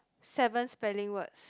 seven spelling words